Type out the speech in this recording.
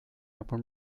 ihrer